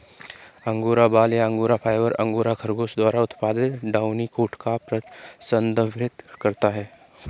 angora बाल या angora fibre, angora खरगोश द्वारा उत्पादित डाउनी कोट को संदर्भित करता है